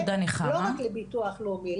לא רק לביטוח לאומי.